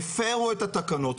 הפרו את התקנות,